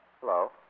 Hello